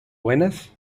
buenas